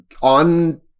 on